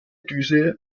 düse